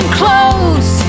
close